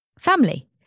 Family